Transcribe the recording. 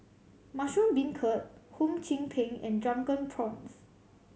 mushroom beancurd Hum Chim Peng and Drunken Prawns